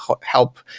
help